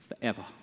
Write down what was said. forever